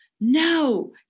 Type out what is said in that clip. no